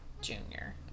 Junior